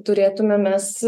turėtume mes